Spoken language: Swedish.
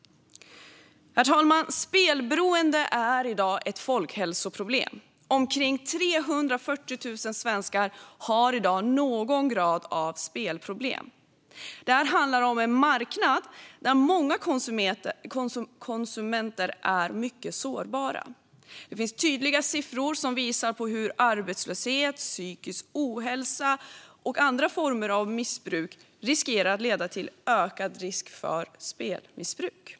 Herr talman! Spelberoende är i dag ett folkhälsoproblem. Omkring 340 000 svenskar har i dag någon grad av spelproblem. Det här handlar om en marknad där många konsumenter är mycket sårbara. Det finns tydliga siffror som visar att arbetslöshet, psykisk ohälsa och olika former av missbruk kan leda till ökad risk för spelmissbruk.